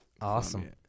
Awesome